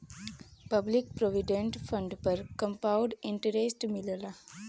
public provident fund पर compound interest मिलला